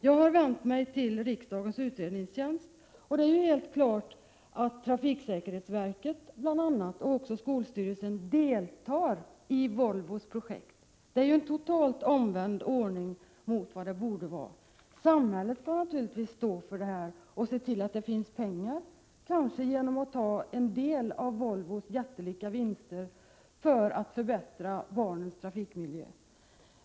Jag har vänt mig till riksdagens utredningstjänst, och det står helt klart att bl.a. trafiksäkerhetsverket och skolstyrelsen deltar i Volvos projekt. Men det är en totalt omvänd ordning. Det borde inte alls vara på det sättet. Samhället skall naturligtvis ta ett ansvar här och se till att det finns pengar — kanske genom att ta en del av Volvos jättelika vinster för att förbättra barnens trafikmiljö.